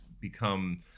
become